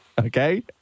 Okay